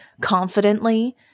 confidently